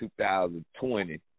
2020